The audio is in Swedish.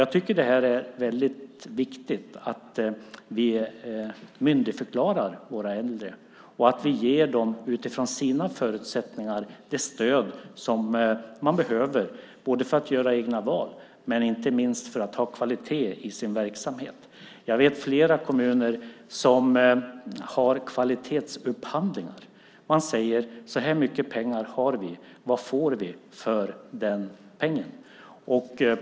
Jag tycker att det är väldigt viktigt att vi myndigförklarar våra äldre och att vi ger dem, utifrån deras förutsättningar, det stöd som de behöver både för att göra egna val och inte minst för att ha kvalitet i verksamheten. Jag vet flera kommuner som har kvalitetsupphandlingar. Man säger: Så här mycket pengar har vi. Vad får vi för den summan?